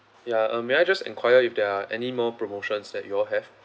yeah um may I just inquire if there are any more promotions that you all have